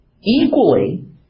equally